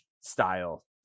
style